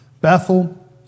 Bethel